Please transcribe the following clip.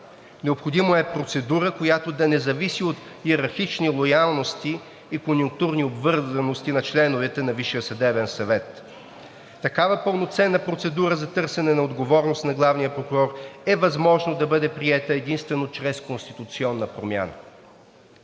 Необходима е процедура, която да не зависи от йерархични лоялности и конюнктурни обвързаности на членовете на Висшия съдебен съвет. Такава пълноценна процедура за търсене на отговорност на главния прокурор е възможно да бъде приета единствено чрез конституционна промяна.